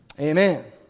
amen